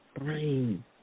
brain